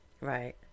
Right